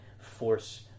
force